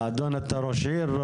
אדוני, אתה ראש עיר?